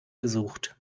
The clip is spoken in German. gesucht